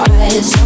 eyes